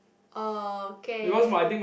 okay